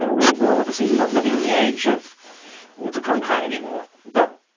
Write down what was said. know, we're we're obviously not living in the age of walter cronkite anymore, but.